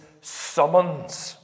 summons